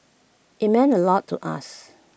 IT meant A lot to us